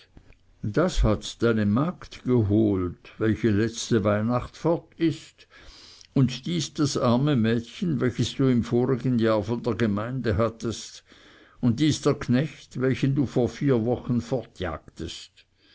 das hat deine magd geholt welche letzte weihnacht fort ist und dies das arme mädchen welches du im vorigen jahr von der gemeinde hattest und dies der knecht welchen du vor vier wochen